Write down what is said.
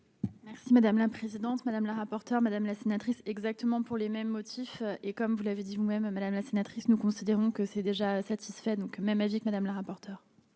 Merci madame la présidente, madame la rapporteure, madame la sénatrice exactement pour les mêmes motifs, et comme vous l'avez dit, vous-même madame la sénatrice, nous considérons que c'est déjà satisfait donc, même avec Madame la rapporteure.